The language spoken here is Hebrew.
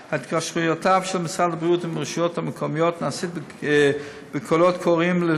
התקשרויותיו של משרד הבריאות עם הרשויות המקומיות נעשית בקולות קוראים,